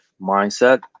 mindset